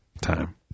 time